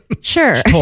sure